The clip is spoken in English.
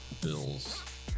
Bill's